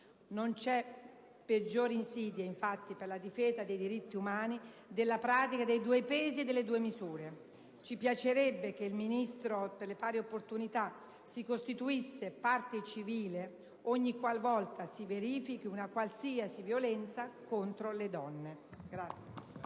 infatti, peggior insidia per la difesa dei diritti umani della pratica dei due pesi e delle due misure. Ci piacerebbe che il Ministro per le pari opportunità si costituisse parte civile ogni qualvolta si verifichi una qualsiasi violenza contro le donne.